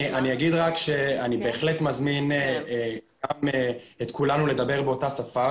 אני אגיד רק שאני בהחלט מזמין גם את כולנו לדבר באותה שפה,